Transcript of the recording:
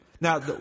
Now